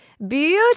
beautiful